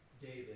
David